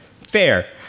Fair